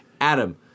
Adam